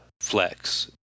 Flex